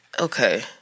Okay